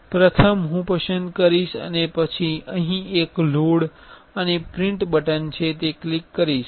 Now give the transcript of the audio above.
પ્રથમ હું પસંદ કરીશ અને પછી અહીં એક લોડ અને પ્રિન્ટ બટન છે તે ક્લિક કરીશ